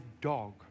dog